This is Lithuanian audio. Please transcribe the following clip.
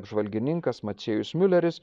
apžvalgininkas mačėjus miuleris